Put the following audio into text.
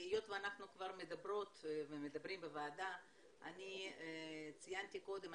היות שאנחנו כבר מדברות ומדברים בוועדה אני ציינתי קודם,